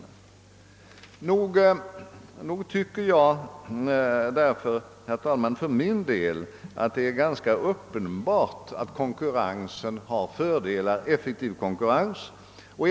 Jag tycker, herr talman, att det är ganska uppenbart att en effektiv konkurrens har fördelar.